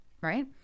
right